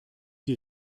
die